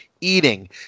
eating